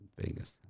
Vegas